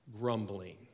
grumbling